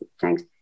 thanks